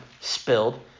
spilled